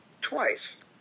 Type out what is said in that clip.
twice